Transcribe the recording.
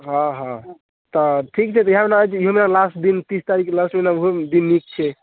हँ हँ तऽ ठीक छै तऽ इएहवला लास्ट दिन तीस तारीखके लास्ट महिना ओहो दिन नीक छै